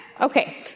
okay